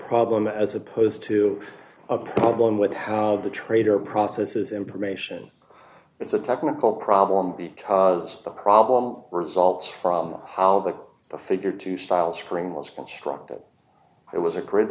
problem as opposed to a problem with how the trader d processes information it's a technical problem because the problem results from how the figure two styles phoring was constructed it was a cri